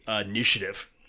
initiative